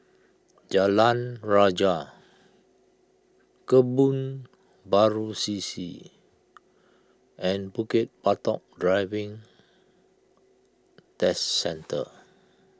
Jalan Rajah Kebun Baru C C and Bukit Batok Driving Test Centre